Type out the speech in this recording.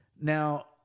now